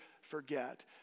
forget